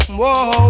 whoa